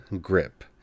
grip